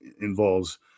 involves